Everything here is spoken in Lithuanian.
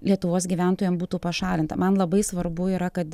lietuvos gyventojam būtų pašalinta man labai svarbu yra kad